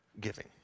giving